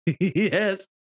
Yes